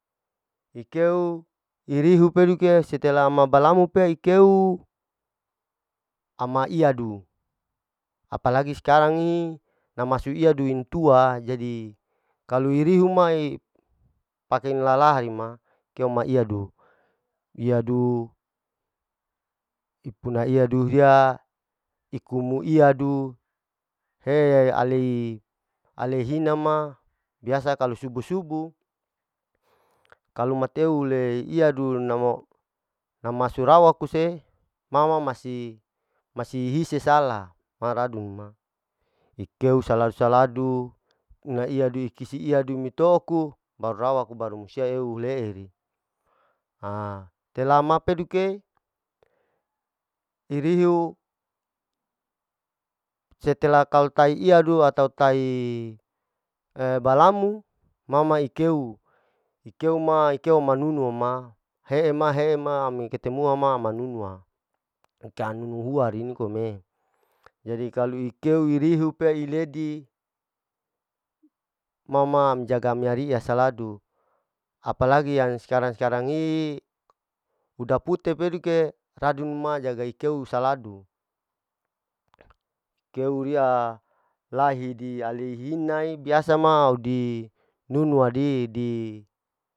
Mikeu irihu peduke, setela ama balamo pei ikeu, ama iyadu apa lagi skarang i, nama sui'adu intua, jadi kalu irihu mai paken lalahi ma keo ma iyadu, iyadu ipuna iyadu hiya ikimu iyadu hee alei-alei hina ma, biasa kalu subu-subu kalu mateule iladu nam-nama surawa kuse, ma ma masi-masi hise sala ma radun ma, ikeu teu sala saladu ini iyadu kisi iyadu mitouku, baru rawaku musia ku le'eri, ha telah ma peduke irihu setelah kalu tahi iyadu atau tai e balamu ma ma ikeu ikeu ma anunu ma he'e ma he'e ma ami ketemu ma ama nunuwa, kaanu hua nikom e, jadi kalu ikeu irihu peiiledi, ma ma jag amir wasaladu apa lagi yang iskarang-iskarang i'i, uda pute peduke radunma jaga ikeu wasaladu, keu riya lahidi aleihina biasa ma audi nunudidi.